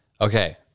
Okay